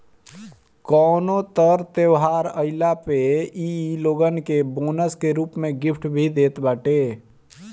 कवनो तर त्यौहार आईला पे इ लोगन के बोनस के रूप में गिफ्ट भी देत बाटे